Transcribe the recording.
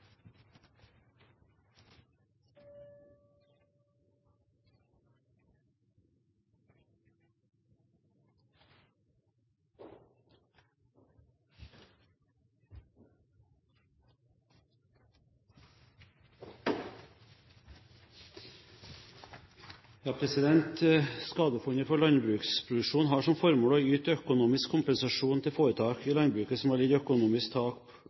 så håper jeg at det blir lenge til vi på nytt får oppleve slike vanskelige situasjoner som Troms-landbruket opplevde i fjor. Skadefondet for landbruksproduksjon har som formål å yte økonomisk kompensasjon til foretak i landbruket som har lidd økonomisk tap